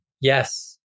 Yes